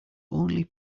only